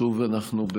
שוב אנחנו,